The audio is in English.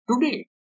today